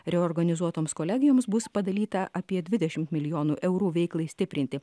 reorganizuotoms kolegijoms bus padalyta apie dvidešimt milijonų eurų veiklai stiprinti